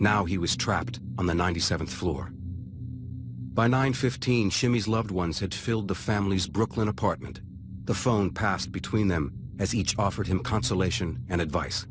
now he was trapped on the ninety seventh floor by nine fifteen shimmies loved ones had filled the family's brooklyn apartment the phone passed between them as each offered him consolation and advice